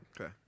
Okay